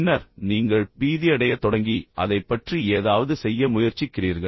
பின்னர் நீங்கள் பீதியடையத் தொடங்கி அதைப் பற்றி ஏதாவது செய்ய முயற்சிக்கிறீர்கள்